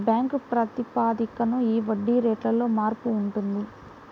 bank ప్రాతిపదికన ఈ వడ్డీ రేటులో మార్పు ఉంటుంది